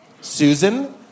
Susan